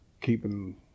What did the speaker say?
keeping